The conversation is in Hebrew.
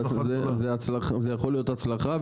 זה יכול להיות הצלחה,